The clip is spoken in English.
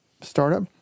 startup